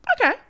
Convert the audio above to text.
Okay